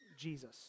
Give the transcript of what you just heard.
Jesus